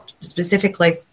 specifically